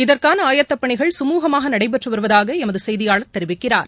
இதற்கான ஆயத்தப் பணிகள் கமூகமாக நடைபெற்று வருவதாக எமது செய்தியாளர் தெரிவிக்கிறார்